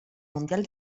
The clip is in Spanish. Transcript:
mundial